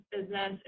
business